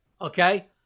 Okay